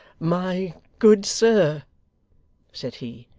my good sir said he,